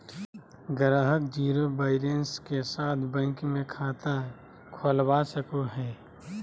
ग्राहक zero balance के साथ बैंक मे खाता खोलवा सको हय